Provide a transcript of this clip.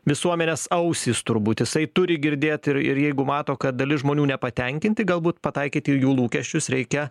visuomenės ausys turbūt jisai turi girdėt ir ir jeigu mato kad dalis žmonių nepatenkinti galbūt pataikyt į jų lūkesčius reikia